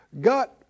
got